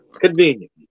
Convenient